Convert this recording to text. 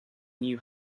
new